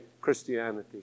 Christianity